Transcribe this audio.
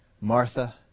Martha